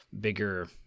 bigger